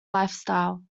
lifestyle